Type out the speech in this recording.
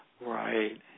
Right